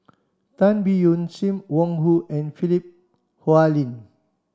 Tan Biyun Sim Wong Hoo and Philip Hoalim